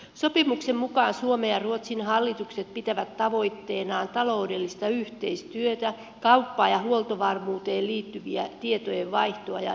sopimuksen mukaan suomen ja ruotsin hallitukset pitävät tavoitteenaan taloudellista yhteistyötä kauppaan ja huoltovarmuuteen liittyvää tietojenvaihtoa ja yhteydenpitoa